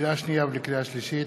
לקריאה שנייה ולקריאה שלישית: